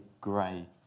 grey